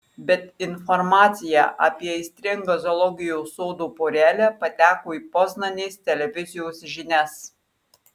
bet informacija apie aistringą zoologijos sodo porelę pateko į poznanės televizijos žinias